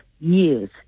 years